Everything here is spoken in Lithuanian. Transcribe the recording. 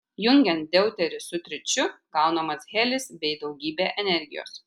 jungiant deuterį su tričiu gaunamas helis bei daugybė energijos